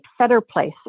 Fetterplace